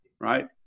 right